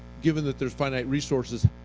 given that there's finite resources,